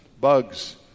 bugs